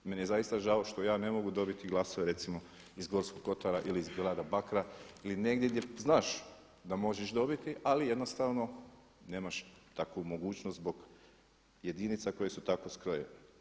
Meni je zaista žao što ja ne mogu dobiti glasove recimo iz Gorskog kotara ili iz grada Bakra ili negdje gdje znaš da možeš dobiti ali jednostavno nemaš takvu mogućnost zbog jedinica koje su tako skrojene.